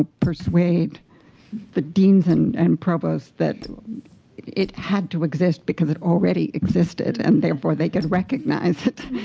persuade the deans and and provost that it had to exist because it already existed. and therefore they could recognize it.